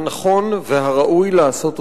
הנכון והראוי לעשות אותו.